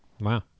Wow